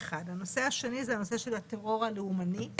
הנושא השני זה הנושא של הטרור הלאומני,